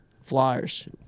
Flyers